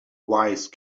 wise